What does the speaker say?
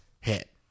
hit